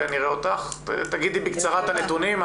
תגידי בקצרה את הנתונים.